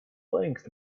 length